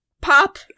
pop